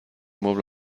مبل